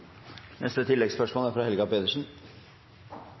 Neste hovedspørsmål er fra